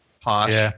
posh